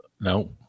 No